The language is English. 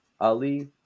Ali